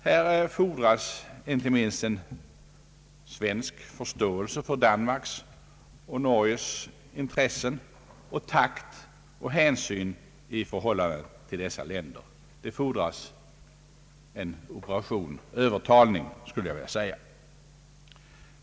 Här fordras inte minst en svensk förståelse för Danmarks och Norges intressen och takt och hänsyn i förhållande till dessa länder. Det fordras en »operation övertalning», skulle jag vilja säga.